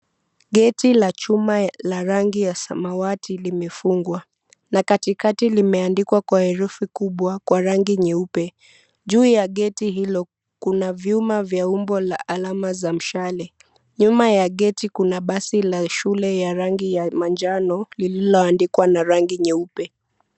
Geti la chuma la rangi ya samawati limefungwa na katikati limeandikwa kwa herufi kubwa kwa rangi nyeupe, juu ya geti lilo kuna vyuma la umbo alama ya mshale, nyuma ya geti kuna basi la shule ya manjano lililoandikwa na rangi nyeupe.